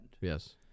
Yes